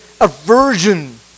aversion